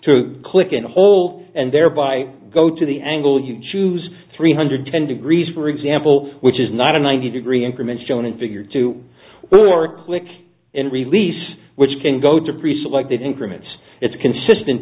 to click and hold and thereby go to the angle you choose three hundred ten degrees for example which is not a ninety degree increment shown in figure two or click in release which can go to pre selected increments it's consistent